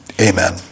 Amen